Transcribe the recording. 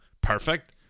perfect